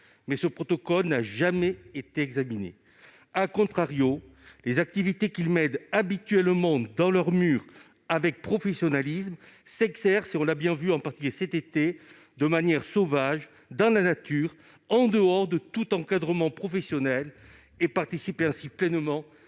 mais celui-ci n'a jamais été examiné., les activités qu'ils proposent habituellement, en leurs murs, avec professionnalisme, s'exercent- on l'a bien vu, en particulier cet été -de manière sauvage, dans la nature, en dehors de tout encadrement professionnel, ce qui participe pleinement